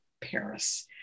Paris